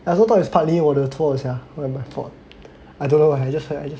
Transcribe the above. I also thought it's partly 我的错 sia 一下 my fault I dunno I just felt